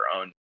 own